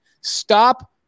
Stop